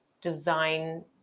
design